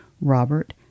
Robert